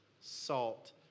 salt